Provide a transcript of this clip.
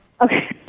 Okay